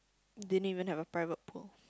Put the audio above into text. didn't even have a private pool